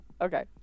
Okay